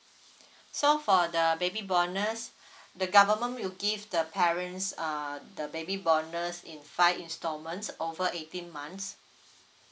so for the baby bonus the government will give the parents err the baby bonus in five installments over eighteen months